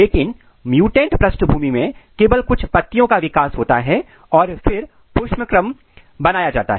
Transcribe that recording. लेकिन म्युटेंट पृष्ठभूमि में केवल कुछ पत्तियों का विकास होता है और फिर पुष्पक्रम बनाया जाता है